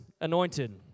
anointed